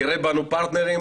תראה בנו פרטנרים,